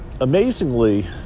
amazingly